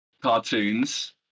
cartoons